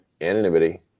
anonymity